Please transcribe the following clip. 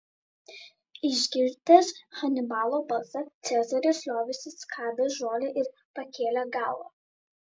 išgirdęs hanibalo balsą cezaris liovėsi skabęs žolę ir pakėlė galvą